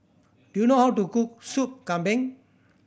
do you know how to cook Sup Kambing